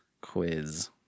quiz